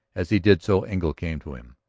as he did so engle came to him.